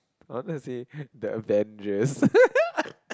I wanted to say the Avengers